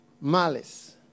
malice